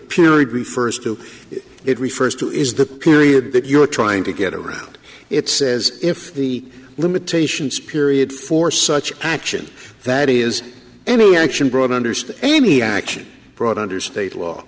period refers to it it refers to is the period that you're trying to get around it says if the limitations period for such action that is any action brought understood any action brought under state